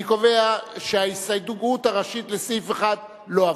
אני קובע שההסתייגות הראשית לסעיף 1 לא עברה.